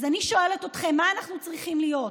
אז אני שואלת אתכם: מה אנחנו צריכים להיות,